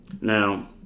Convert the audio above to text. Now